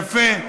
יפה.